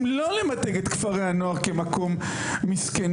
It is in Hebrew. לא למתג את כפרי הנוער כמקום מסכני,